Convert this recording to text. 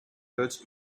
dutch